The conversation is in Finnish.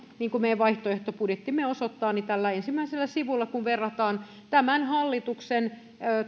niin kuin meidän vaihtoehtobudjettimme osoittaa tällä ensimmäisellä sivulla tämän hallituksen